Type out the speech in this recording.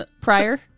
prior